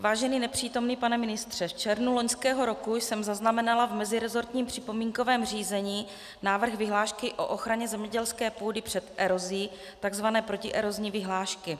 Vážený nepřítomný pane ministře, v červnu loňského roku jsem zaznamenala v meziresortním připomínkovém řízení návrh vyhlášky o ochraně zemědělské půdy před erozí, tzv. protierozní vyhlášky.